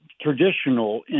traditional